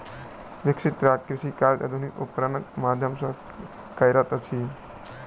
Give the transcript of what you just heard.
विकसित राज्य कृषि कार्य आधुनिक उपकरणक माध्यम सॅ करैत अछि